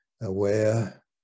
aware